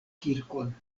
kirkon